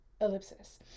Ellipsis